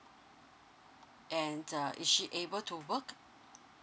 and uh is she able to work